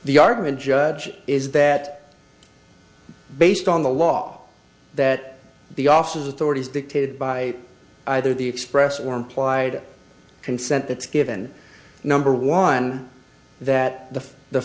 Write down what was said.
the argument judge is that based on the law that the office authorities dictated by either the express or implied consent that's given number one that the the